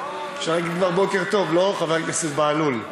אפשר להגיד כבר בוקר טוב, לא, חבר הכנסת בהלול?